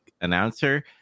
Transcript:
Announcer